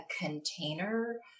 container